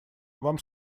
вам